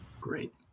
Great